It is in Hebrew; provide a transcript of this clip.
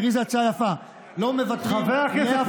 תראי איזו הצעה יפה: לא מוותרים לאף אחד ולא מוותרים על אף אחד.